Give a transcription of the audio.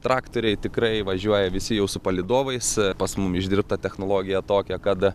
traktoriai tikrai važiuoja visi jau su palydovais pas mum išdirbta technologija tokia kad